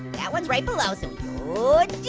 that one's right below. so